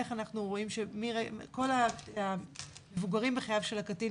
איך אנחנו רואים שכל המבוגרים בחייו של הקטין